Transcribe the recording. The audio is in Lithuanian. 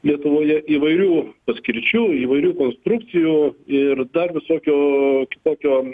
lietuvoje įvairių paskirčių įvairių konstrukcijų ir dar visokio kitokio